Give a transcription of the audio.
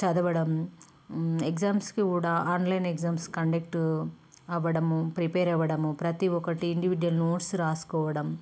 చదవడం ఎగ్జామ్స్కి కూడా ఆన్లైన్ ఎగ్జామ్స్ కండక్ట్ అవ్వడము ప్రిపేర్ అవ్వడము ప్రతి ఒక్కటి ఇండివిడ్యువల్ నోట్స్ రాసుకోవడం